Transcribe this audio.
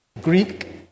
Greek